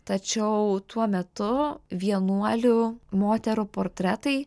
tačiau tuo metu vienuolių moterų portretai